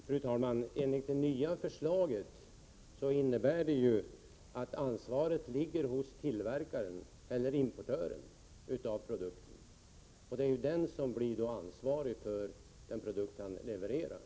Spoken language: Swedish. Fru talman! Enligt det nya förslaget skall ansvaret ligga hos tillverkaren eller importören av produkten. Denna person blir då ansvarig för den produkt han levererar.